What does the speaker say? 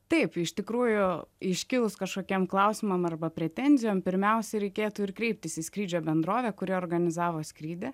taip iš tikrųjų iškilus kažkokiem klausimam arba pretenzijom pirmiausia reikėtų ir kreiptis į skrydžio bendrovę kuri organizavo skrydį